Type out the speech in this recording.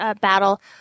battle